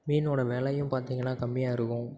மீனோட விலையும் பார்த்தீங்கனா கம்மியாக இருக்கும்